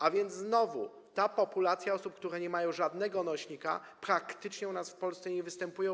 A więc znowu ta populacja osób, które nie mają żadnego nośnika, praktycznie u nas w Polsce nie występuje.